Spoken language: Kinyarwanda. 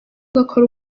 ari